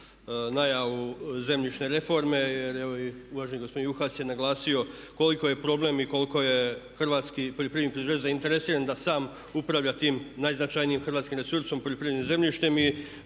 najavu zemljišne reforme. Evo i uvaženi gospodin Juhas je naglasio koliko je problem i koliko je hrvatskih poljoprivredni proizvođač da sam upravlja tim najznačajnijim hrvatskim resursom, poljoprivrednim zemljištem